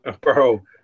Bro